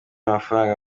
amafaranga